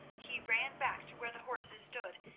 he ran back to where the horses stood,